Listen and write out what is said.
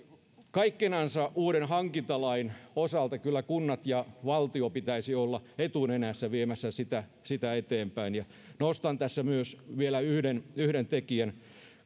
kaikkenansa uuden hankintalain osalta kyllä kuntien ja valtion pitäisi olla etunenässä viemässä sitä sitä eteenpäin nostan tässä vielä yhden yhden tekijän